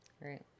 Right